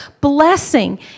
blessing